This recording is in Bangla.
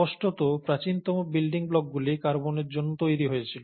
স্পষ্টত প্রাচীনতম বিল্ডিং ব্লকগুলি কার্বনের জন্য তৈরি হয়েছিল